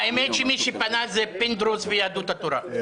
האמת היא שמי שפנה זה פינדרוס ויהדות התורה.